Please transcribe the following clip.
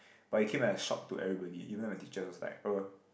but it came like a shock to everybody even my teachers also like uh